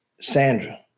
Sandra